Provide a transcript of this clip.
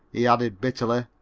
he added bitterly,